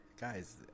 Guys